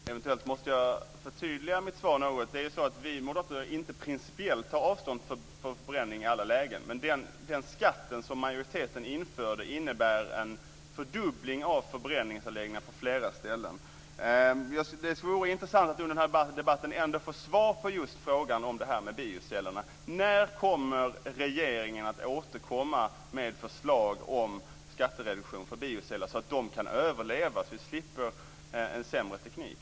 Herr talman! Jag måste förtydliga mitt svar något. Vi moderater tar inte principiellt avstånd från förbränning i alla lägen. Men den skatt som majoriteten införde innebär en fördubbling av antalet förbränningsanläggningar. Det vore intressant att under den här debatten få svar på frågan om detta med biocellerna. När tänker regeringen återkomma med förslag om skattereduktion för bioceller så att de kan överleva för att vi ska slippa en sämre teknik?